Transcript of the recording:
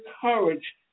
courage